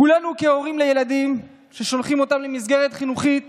כולנו, כהורים לילדים ששולחים אותם למסגרת חינוכית